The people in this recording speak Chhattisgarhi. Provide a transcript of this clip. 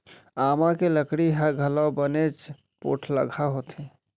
आमा के लकड़ी ह घलौ बनेच पोठलगहा होथे